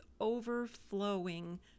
overflowing